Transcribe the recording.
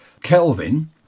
Kelvin